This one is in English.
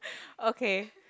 okay